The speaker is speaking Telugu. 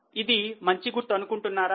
ఇది మంచి గుర్తు అనుకుంటున్నారా